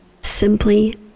simply